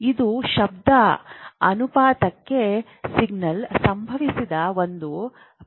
ಇದು ಶಬ್ದ ಅನುಪಾತಕ್ಕೆ ಸಿಗ್ನಲ್ಗೆ ಸಂಬಂಧಿಸಿದ ಒಂದು ಪ್ರಮುಖ ಅಂಶವಾಗಿದೆ